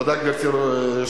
תודה, גברתי היושבת-ראש.